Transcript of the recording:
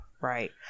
right